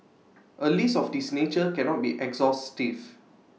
A list of this nature cannot be exhaustive